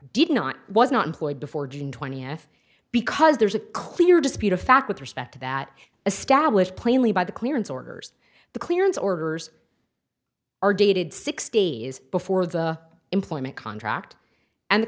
did not was not employed before june twentieth because there's a clear dispute a fact with respect to that a stablish plainly by the clearance orders the clearance orders are dated six days before the employment contract and the